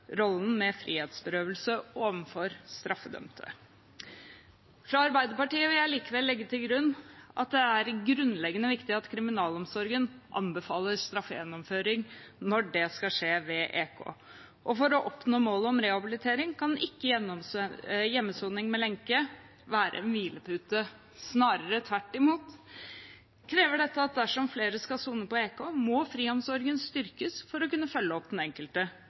rollen med frihetsberøvelse overfor straffedømte. Fra Arbeiderpartiet vil jeg likevel legge til grunn at det er grunnleggende viktig at kriminalomsorgen anbefaler at straffegjennomføring skal skje ved EK, og for å oppnå målet om rehabilitering kan ikke hjemmesoning med lenke være en hvilepute. Snarere tvert imot krever dette at dersom flere skal sone med EK, må friomsorgen styrkes for å kunne følge opp den enkelte.